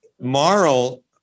moral